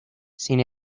sin